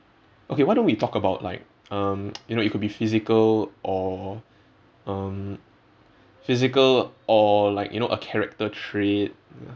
okay why don't we talk about like um you know it could be physical or um physical or like you know a character trait